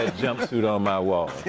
ah jumpsuit on my wall. yeah,